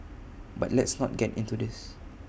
but let's not get into this